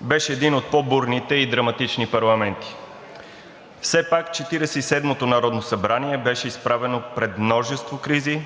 Беше един от по бурните и драматични парламенти. Все пак Четиридесет и седмото народно събрание беше изправено пред множество кризи